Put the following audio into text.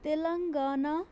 Telangana